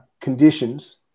conditions